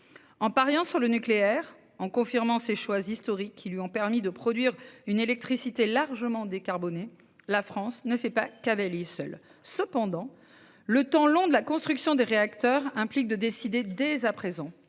En pariant sur le nucléaire, en confirmant ses choix historiques, qui lui ont permis de produire une électricité largement décarbonée, la France ne fait pas cavalier seul. Cependant, le temps long de la construction des réacteurs implique de prendre dès à présent